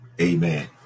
Amen